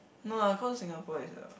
no lah cause Singapore is a